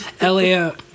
Elio